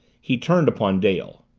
he turned upon dale.